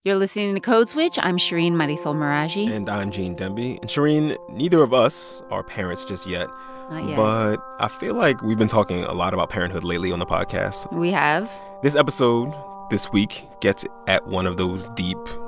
you're listening to code switch. i'm shereen marisol meraji and i'm gene demby. and shereen, neither of us are parents just yet not yet but i feel like we've been talking a lot about parenthood lately on the podcast we have this episode this week gets at one of those deep,